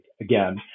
again